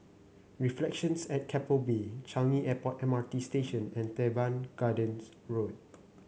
Reflections at Keppel Bay Changi Airport M R T Station and Teban Gardens Road